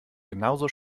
genauso